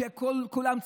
שכל-כולן צביעות,